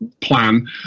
plan